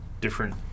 different